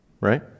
Right